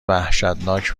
وحشتناک